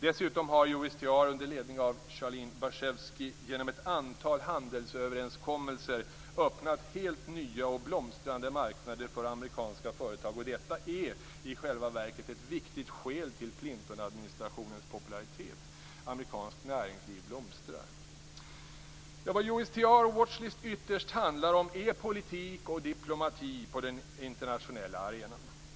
Dessutom har USTR under ledning av Charlene Barchefsky genom ett antal handelsöverenskommelser öppnat helt nya och blomstrande marknader för amerikanska företag. Detta är i själva verket ett viktigt skäl till Clintonadministrationens popularitet - amerikanskt näringsliv blomstrar. Vad USTR och Watch List ytterst handlar om är politik och diplomati på den internationella arenan.